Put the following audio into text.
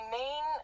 main